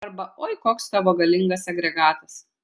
arba oi koks tavo galingas agregatas